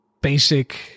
basic